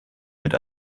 mit